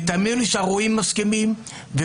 לא אשר על לבי, רק נתונים.